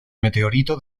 meteorito